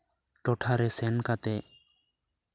ᱴᱚᱴᱷᱟᱨᱮ ᱥᱮᱱ ᱠᱟᱛᱮᱫ